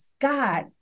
God